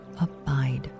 abide